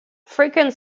frequent